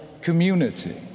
community